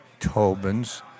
Tobin's